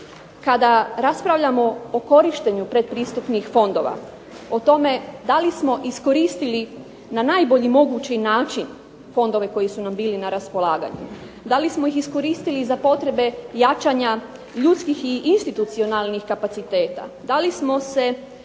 kada raspravljamo o korištenju predpristupnih fondova o tome da li smo iskoristili na najbolji mogući način fondove koji su nam bili na raspolaganju; da li smo ih iskoristili za potrebe jačanja ljudskih i institucionalnih kapaciteta; da li smo se